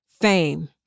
fame